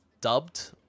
dubbed